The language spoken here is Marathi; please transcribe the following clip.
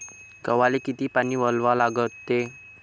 गव्हाले किती पानी वलवा लागते?